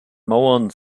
mauern